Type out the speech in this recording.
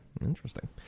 Interesting